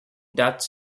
dutch